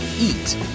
Eat